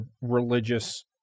religious